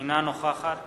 אינה נוכחת